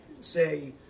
say